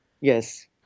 Yes